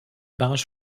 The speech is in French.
barrage